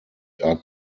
are